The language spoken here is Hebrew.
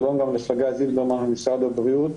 שלום גם לחגי זילברמן ממשרד הבריאות.